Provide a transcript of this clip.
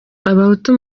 abahutu